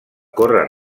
córrer